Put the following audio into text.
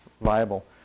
viable